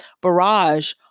barrage